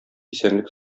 исәнлек